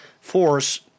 force